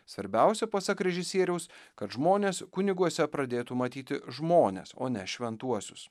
svarbiausia pasak režisieriaus kad žmonės kuniguose pradėtų matyti žmones o ne šventuosius